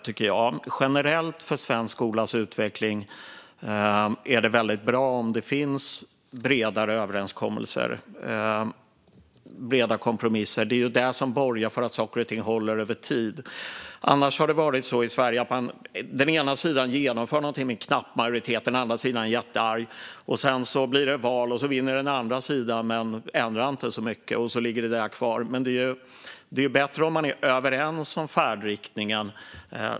Generellt är det väldigt bra för svensk skolas utveckling om det finns bredare överenskommelser och breda kompromisser. Det borgar för att saker och ting håller över tid. Det har annars varit så i Sverige att den ena sidan genomför något med knapp majoritet, och den andra sidan är jättearg. Sedan blir det val, och så vinner den andra sidan men ändrar inte så mycket. Och så ligger det kvar. Men det är bättre om man är överens om färdriktningen.